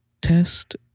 test